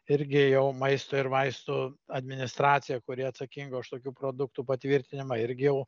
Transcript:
irgi jau maisto ir vaistų administracija kuri atsakinga už tokių produktų patvirtinimą irgi jau